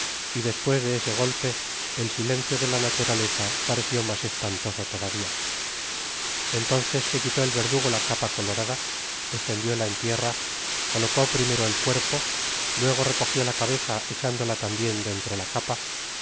y despues de ese golpe el silencio de la naturaleza pareció mas espantoso todavia entonces se quitó el verdugo la capa colorada estendióla en tierra colocó primero el cuerpo luego recogió la cábeza echándola tambien dentro la capa